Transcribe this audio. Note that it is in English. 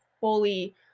fully